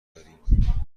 داریم